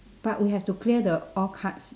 but we have to clear the all cards